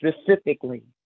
specifically